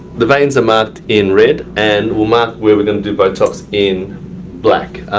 the veins are marked in red and we'll mark where we are gonna do botox in black.